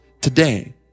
today